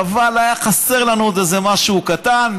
אבל היה חסר לנו עוד איזה משהו קטן,